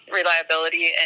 reliability